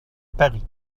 paris